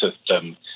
system